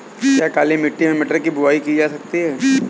क्या काली मिट्टी में मटर की बुआई की जा सकती है?